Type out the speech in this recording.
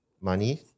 money